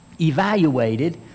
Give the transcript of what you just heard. evaluated